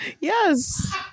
Yes